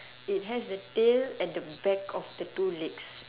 it has a tail at the back of the two legs